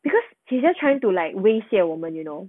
because he's just trying to like 威胁我们 you know